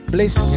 Bliss